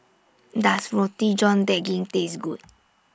Does Roti John Daging Taste Good